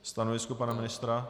Stanovisko pana ministra?